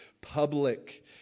public